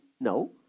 No